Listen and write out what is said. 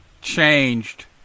changed